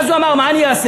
ואז הוא אמר: מה אני אעשה?